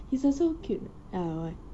he's also cute ah what